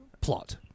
plot